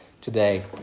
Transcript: today